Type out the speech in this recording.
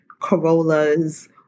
Corollas